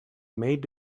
made